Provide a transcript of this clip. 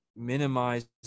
minimize